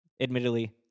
admittedly